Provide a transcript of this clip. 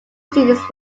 students